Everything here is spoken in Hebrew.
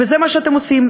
וזה מה שאתם עושים.